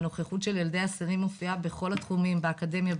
הנוכחות של ילדי אסירים מופיעה בכל התחומים באקדמיה,